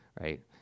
right